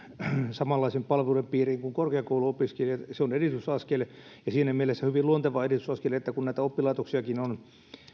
samanlaisten palvelujen piiriin kuin korkeakouluopiskelijat se on edistysaskel ja siinä mielessä hyvin luonteva edistysaskel että kun näitä oppilaitoksiakin on